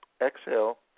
exhale